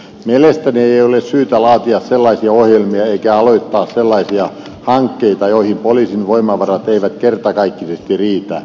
mielestäni ei ole syytä laatia sellaisia ohjelmia eikä aloittaa sellaisia hankkeita joihin poliisin voimavarat eivät kertakaikkisesti riitä